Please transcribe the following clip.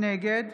נגד